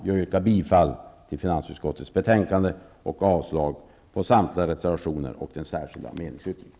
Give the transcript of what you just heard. Jag yrkar bifall till finansutskottets hemställan och avslag på samtliga reservationer och den särskilda meningsyttringen.